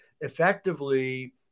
effectively